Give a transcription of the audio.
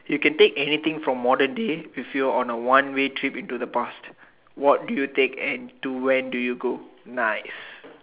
you can take anything from modern day with you on a one way trip into the past what do you take and to when do you go nice